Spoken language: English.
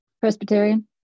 Presbyterian